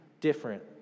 different